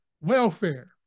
Welfare